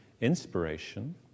inspiration